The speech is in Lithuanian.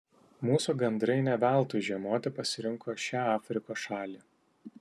mūsų gandrai ne veltui žiemoti pasirinko šią afrikos šalį